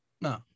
no